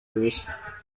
ubusa